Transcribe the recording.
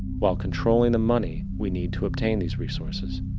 while controlling the money we need to obtain these resources.